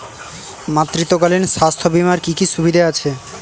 মাতৃত্বকালীন স্বাস্থ্য বীমার কি কি সুবিধে আছে?